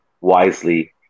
wisely